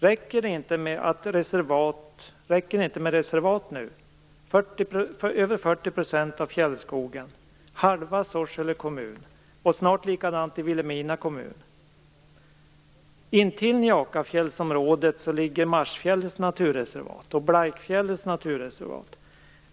Räcker det inte med reservat nu i över 40 % av fjällskogen, i halva Sorsele kommun och snart likadant i Vilhelmina kommun? Intill Njakafjällsområdet ligger Marsfjällets naturreservat och Blaikfjällets naturreservat.